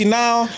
now